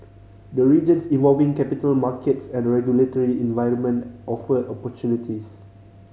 the region's evolving capital markets and regulatory environment offer opportunities